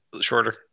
shorter